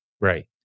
Right